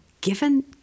Given